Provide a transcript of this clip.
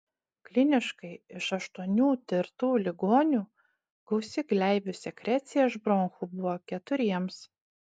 kliniškai iš aštuonių tirtų ligonių gausi gleivių sekrecija iš bronchų buvo keturiems